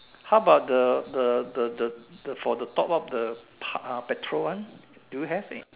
how about the the the the the for the top up the pa~ uh petrol one do you have anything